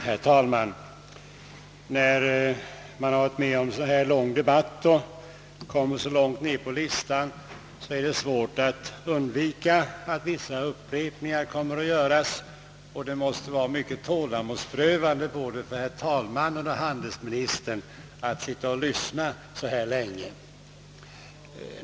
Herr talman! När man kommer så här långt ner på talarlistan i en lång debatt är det svårt att undvika vissa upprepningar. Det måste vara mycket tålamodsprövande både för herr talmannen och för handelsministern att sitta här och lyssna så länge.